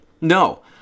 No